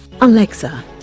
Alexa